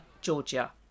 Georgia